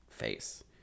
Face